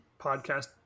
podcast